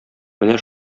менә